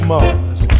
Mars